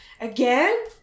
Again